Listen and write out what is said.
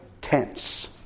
tents